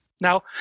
Now